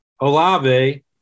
Olave